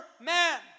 man